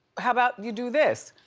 how about you do this?